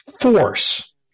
force